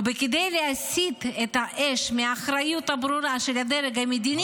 וכדי להסיט את האש מהאחריות הברורה של הדרג המדיני,